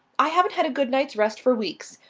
i haven't had a good night's rest for weeks.